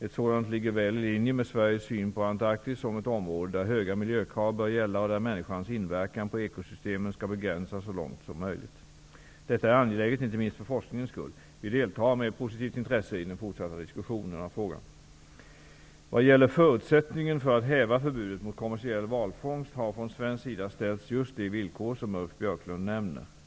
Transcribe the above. Ett sådant ligger väl i linje med Sveriges syn på Antarktis såsom ett område där höga miljökrav bör gälla och där människans inverkan på ekosystemen skall begränsas så långt som möjligt. Detta är angeläget, inte minst för forskningens skull. Vi deltar med positivt intresse i den fortsatta diskussionen av frågan. Vad gäller förutsättningen för att häva förbudet mot kommersiell valfångst har från svensk sida ställts just de villkor som Ulf Björklund nämner.